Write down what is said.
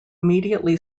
immediately